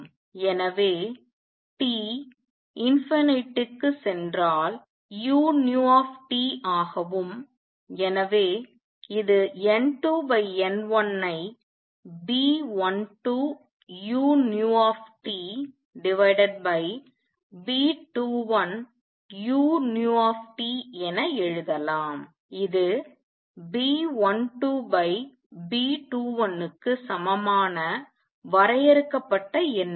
எனவே t க்குச் சென்றால் uT ஆகவும் எனவே இது N2 N1 ஐ B12uTB21uT என எழுதலாம் இது B12B21க்கு சமமான வரையறுக்கப்பட்ட எண்ணாகும்